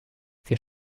wir